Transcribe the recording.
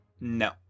No